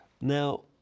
Now